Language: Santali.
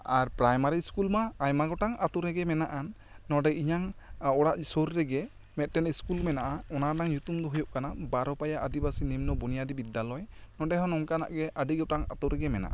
ᱟᱨ ᱯᱨᱟᱭᱢᱮᱨᱤ ᱤᱥᱠᱩᱞ ᱢᱟ ᱟᱭᱢᱟ ᱜᱚᱴᱟᱝ ᱟᱛᱳ ᱨᱮᱜᱮ ᱢᱮᱱᱟᱜᱼᱟᱱ ᱱᱚᱸᱰᱮ ᱤᱧᱟᱹᱜ ᱚᱲᱟᱜ ᱥᱩᱨ ᱨᱮᱜᱮ ᱢᱮᱫᱴᱟᱝ ᱤᱥᱠᱩᱞ ᱢᱮᱱᱟᱜᱼᱟ ᱚᱱᱟ ᱱᱟᱝ ᱧᱩᱛᱩᱢ ᱫᱚ ᱦᱩᱭᱩᱜ ᱠᱟᱱᱟ ᱵᱟᱨᱚᱯᱟᱭᱟ ᱟᱹᱫᱤᱵᱟᱹᱥᱤ ᱱᱤᱢᱱᱚ ᱵᱩᱱᱭᱟᱫᱤ ᱵᱤᱫᱽᱫᱭᱟᱞᱚᱭ ᱱᱚᱸᱰᱮ ᱦᱚᱸ ᱚᱱᱠᱟᱱᱟᱜ ᱜᱮ ᱟᱹᱰᱤ ᱜᱚᱴᱟᱝ ᱟᱛᱳ ᱨᱮᱜᱮ ᱢᱮᱱᱟᱜᱼᱟ